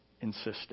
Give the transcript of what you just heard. insisted